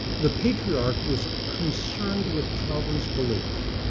the patriarch was concerned with calvin's belief